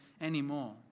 anymore